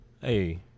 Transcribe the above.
hey